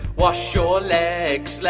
wash your legs,